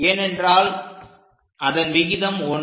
ஏனென்றால் அதன் விகிதம் 1